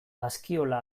askiola